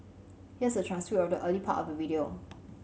here's a transcript of the early part of the video